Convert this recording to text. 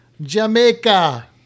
Jamaica